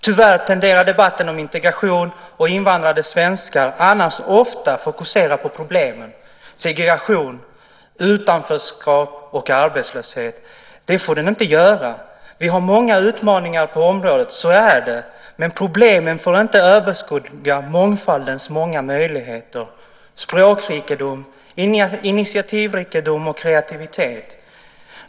Tyvärr tenderar debatten om integration och invandrade svenskar annars ofta att fokusera på problemen - segregation, utanförskap och arbetslöshet. Det får den inte göra. Vi har många utmaningar på området. Så är det! Men problemen får inte överskugga mångfaldens många möjligheter - språkrikedom, initiativrikedom och kreativitet.